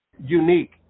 Unique